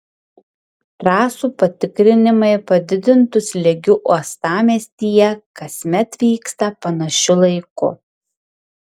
trasų patikrinimai padidintu slėgiu uostamiestyje kasmet vyksta panašiu laiku